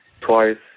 twice